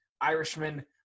Irishman